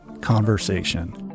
conversation